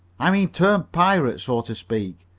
i mean turn pirate, so to speak.